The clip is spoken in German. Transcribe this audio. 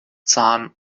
zahn